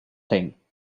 thing